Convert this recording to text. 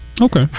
Okay